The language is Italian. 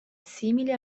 simile